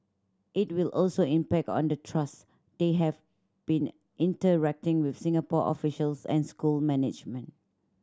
it will also impact on the trust they have been interacting with Singapore officials and school management